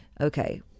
Okay